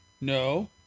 No